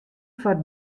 foar